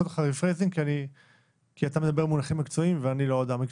אתה מדבר במונחים מקצועיים ואני לא אדם מקצועי.